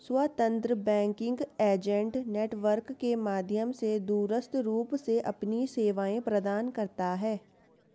स्वतंत्र banking agent network के माध्यम से दूरस्थ रूप से अपनी सेवाएं प्रदान करता है